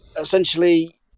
essentially